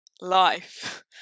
life